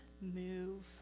move